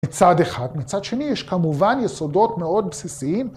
מצד אחד. מצד שני, יש כמובן יסודות מאוד בסיסיים.